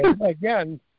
Again